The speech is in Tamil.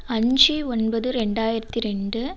அஞ்சு ஒன்பது ரெண்டாயிரத்தி ரெண்டு